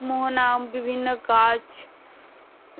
মোহনা বিভিন্ন গাছ